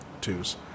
twos